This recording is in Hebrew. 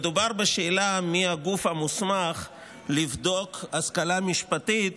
מדובר בשאלה מי הגוף המוסמך לבדוק את ההשכלה המשפטית